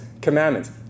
commandments